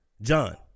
John